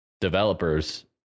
developers